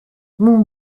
mon